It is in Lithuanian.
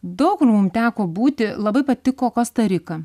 daug kur mum teko būti labai patiko kosta rika